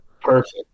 Perfect